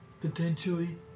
Potentially